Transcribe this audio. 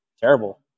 terrible